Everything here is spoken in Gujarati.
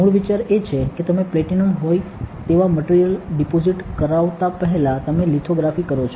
મૂળ વિચાર એ છે કે તમે પ્લેટિનમ હોય તેવા મટિરિયલ ડિપોઝિટ કરાવતા પહેલા તમે લિથોગ્રાફી કરો છો